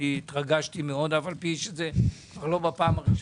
התרגשתי מאוד, אף על פי שזה לא הפעם הראשונה,